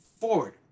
forward